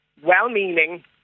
well-meaning